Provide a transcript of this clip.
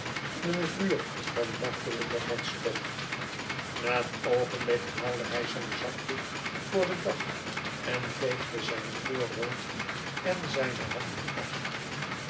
in een vuur van martelenden hartstocht na een oogenblik haalde hij zijn zakdoek voor den dag en veegde zijn voorhoofd en zijne handen af